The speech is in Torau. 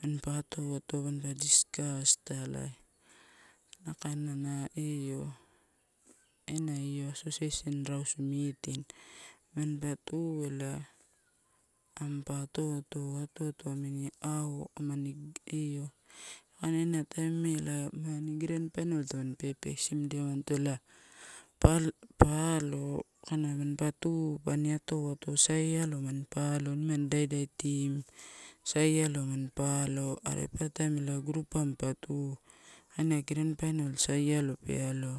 manpa atoato, manpa discus italai. Na kaina na io ena io association rausu meeting. Manpa tu ela ampa atoato, atoato amini how amani io, kaina ena tame ela amani grand final tamani pepesimdia emanito la pa, pa alo kaina mampa tu pani ato ato sai alo mampa alo nimani ida, ida team. Sai alo mampa alo are papara taim ela groupa mampa tu kaina grand final sai alo pe alo.